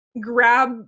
grab